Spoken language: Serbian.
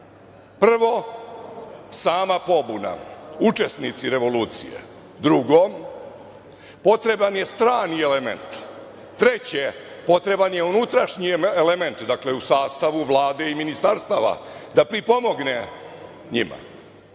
Prvo, sama pobuna, učesnici revolucije. Drugo, potreban je strani element. Treće, potreban je unutrašnji element, dakle, u sastavu Vlade i ministarstava, da pripomogne njima.